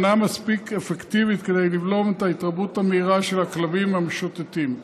אינה מספיק אפקטיבית כדי לבלום את ההתרבות המהירה של הכלבים המשוטטים.